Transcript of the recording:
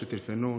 שטילפנו,